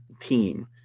team